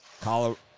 Colorado